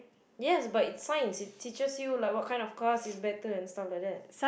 yes but it's science it teaches like what kind of cars is better and stuff like that